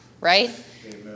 right